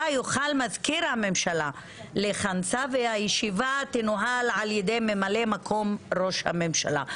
יוכל מזכיר הממשלה לכנסה והישיבה תנוהל על ידי ממלא מקום ראש הממשלה.